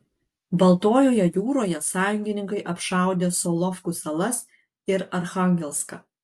baltojoje jūroje sąjungininkai apšaudė solovkų salas ir archangelską